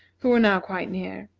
who were now quite near.